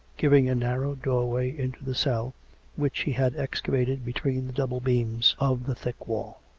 giving a narrow doorway into the cell which he had excavated between the double beams of the thick wall.